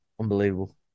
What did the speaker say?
Unbelievable